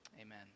Amen